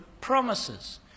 promises